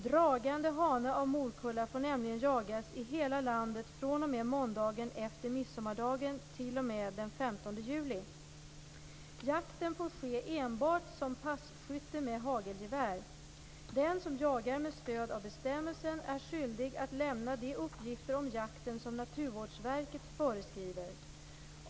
Dragande hane av morkulla får nämligen jagas i hela landet fr.o.m. måndagen efter midsommardagen t.o.m. den 15 juli. Jakten får ske enbart som passkytte med hagelgevär. Den som jagar med stöd av bestämmelsen är skyldig att lämna de uppgifter om jakten som Naturvårdsverket föreskriver.